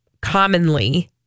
commonly